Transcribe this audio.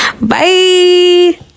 Bye